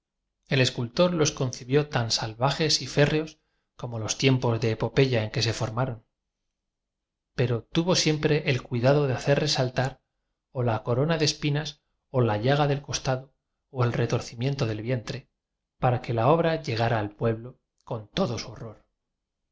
el escultor los concibió tan salvajes y férreos como los tiempos de epopeya en que se for maron pero tuvo siempre el cuidado de hacer resaltar o la corona de espinas o la llaga del costado o el retorcimiento del vientre para que la obra llegara al pueblo con iodo